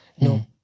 No